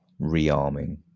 rearming